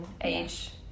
age